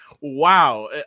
wow